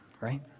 right